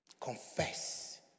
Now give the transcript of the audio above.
Confess